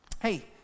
Hey